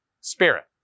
spirit